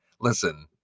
Listen